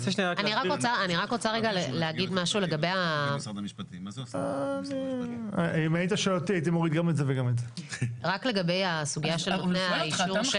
אני רק רוצה להגיד רגע משהו לגבי הסוגיה של נותני האישור,